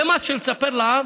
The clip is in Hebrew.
זה מה שנספר לעם?